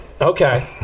Okay